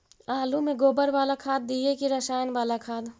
आलु में गोबर बाला खाद दियै कि रसायन बाला खाद?